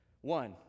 One